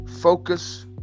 focus